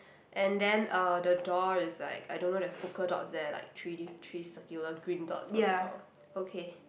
and then uh the door is like I don't know there's polka dots there like three D three circular green dots on the door okay